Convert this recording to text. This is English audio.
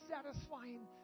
Satisfying